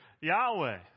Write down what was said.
yahweh